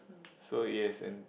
so yes and